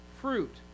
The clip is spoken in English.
fruit